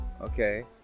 Okay